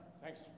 Thanks